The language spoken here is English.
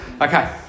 Okay